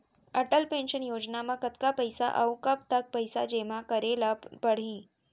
Atal pension Yojana म कतका पइसा, अऊ कब तक पइसा जेमा करे ल परही?